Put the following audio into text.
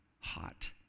hot